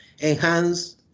enhance